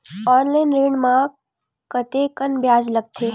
Online ऋण म कतेकन ब्याज लगथे?